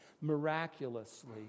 miraculously